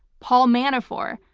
paul manafort,